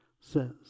says